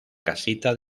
casita